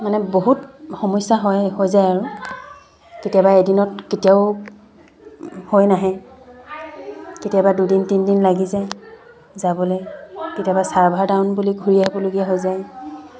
মানে বহুত সমস্যা হয় হৈ যায় আৰু কেতিয়াবা এদিনত কেতিয়াও হৈ নাহে কেতিয়াবা দুদিন তিনিদিন লাগি যায় যাবলৈ কেতিয়াবা ছাৰ্ভাৰ ডাউন বুলি ঘূৰি আহিবলগীয়া হৈ যায়